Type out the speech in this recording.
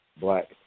black